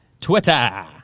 Twitter